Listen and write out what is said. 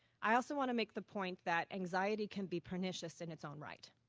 i also want to make the point that anxiety can be pernicious in its own right.